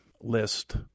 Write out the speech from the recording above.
list